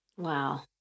Wow